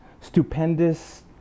stupendous